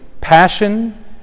passion